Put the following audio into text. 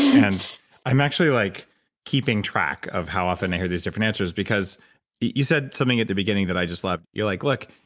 and i'm actually like keeping track of how often i hear these different answers because you said something at the beginning that i just love, you're like, look,